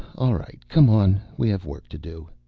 all right, come on, we have work to do.